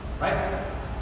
right